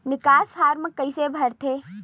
निकास फारम कइसे भरथे?